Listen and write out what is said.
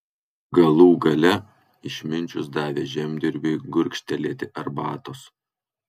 galų gale išminčius davė žemdirbiui gurkštelėti arbatos